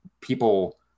people